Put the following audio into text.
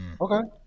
Okay